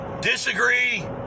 disagree